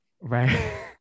right